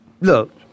Look